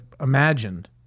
imagined